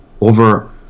over-